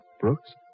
Brooks